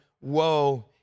woe